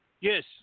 yes